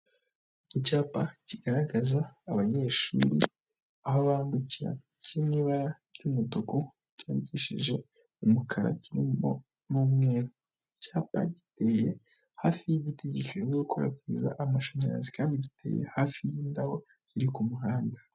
Icyapa kigaragaza abanyeshuri aho bambukira kiri mu ibara ry'umutuku cyandikishije umukara kirimo n'umweru, icyapa giteye hafi y'igiti gishinzwe gukwirakwiza amashanyarazi kandi giteye hafi y'indabo ziri ku muhanda.